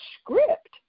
script